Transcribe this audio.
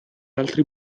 altri